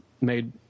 made